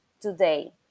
today